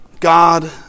God